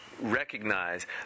recognize